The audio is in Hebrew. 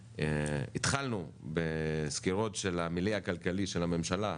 התחלנו בסקירות של המילייה הכלכלי של הממשלה,